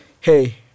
hey